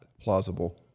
plausible